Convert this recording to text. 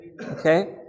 Okay